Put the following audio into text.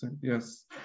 yes